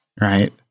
Right